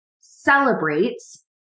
celebrates